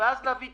החודש הזה נגמר.